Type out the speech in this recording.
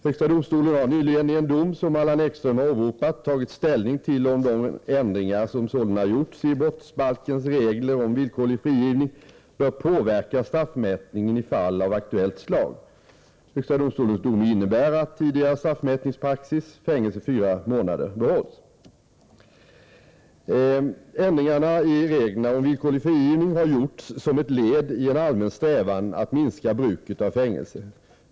Högsta domstolen har nyligen i en dom som Allan Ekström har åberopat tagit ställning till om de ändringar som sålunda har gjorts i brottsbalkens regler om villkorlig frigivning bör påverka straffmätningen i fall av aktuellt slag. Högsta domstolens dom innebär att tidigare straffmätningspraxis — fängelse fyra månader — behålls. Ändringarna i reglerna om villkorlig frigivning har gjorts som ett led i en allmän strävan att minska bruket av fängelse.